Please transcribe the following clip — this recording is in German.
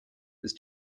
ist